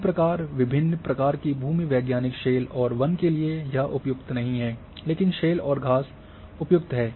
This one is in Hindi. इसी प्रकार विभिन्न प्रकार की भू वैज्ञानिक शेल और वन के लिए यह उपयुक्त नहीं है लेकिन शेल और घास उपयुक्त है